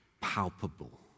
palpable